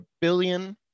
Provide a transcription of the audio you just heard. billion